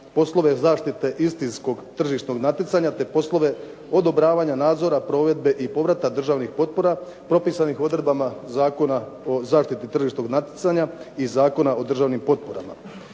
poslove zaštite istinskog tržišnog natjecanja te poslove odobravanja nadzora, provedbe i povrata državnih potpora propisanih odredbama Zakona o zaštiti tržišnog natjecanja i Zakona o državnim potporama.